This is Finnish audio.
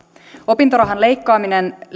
opintorahan leikkaaminen